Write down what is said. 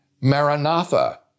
maranatha